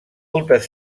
moltes